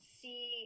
see